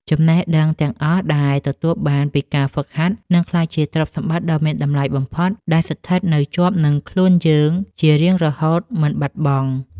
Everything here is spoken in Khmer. ចំណេះដឹងទាំងអស់ដែលទទួលបានពីការហ្វឹកហាត់នឹងក្លាយជាទ្រព្យសម្បត្តិដ៏មានតម្លៃបំផុតដែលស្ថិតនៅជាប់នឹងខ្លួនយើងជារៀងរហូតមិនបាត់បង់។